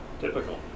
typical